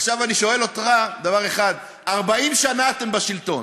עכשיו אני שואל אותך דבר אחד, 40 שנה אתם בשלטון,